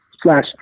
slash